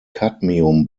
kadmium